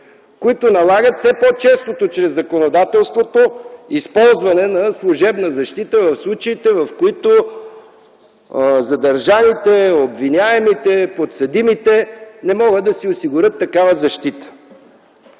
които налагат все по-често – чрез законодателството, използване на служебна защита в случаите, в които задържаните, обвиняемите, подсъдимите не могат да си осигурят такава защита.